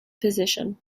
position